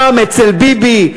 פעם אצל ביבי,